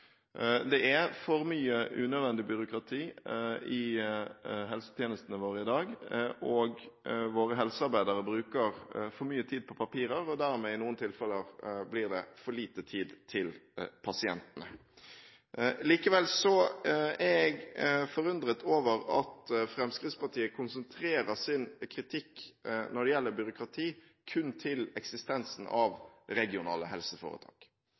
Det er for mye unødvendig byråkrati i helsetjenestene våre i dag, og våre helsearbeidere bruker for mye tid på papirer, og dermed blir det i noen tilfeller for lite tid til pasientene. Likevel er jeg forundret over at Fremskrittspartiet konsentrerer sin kritikk når det gjelder byråkrati, kun om eksistensen av regionale helseforetak,